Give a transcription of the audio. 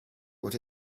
what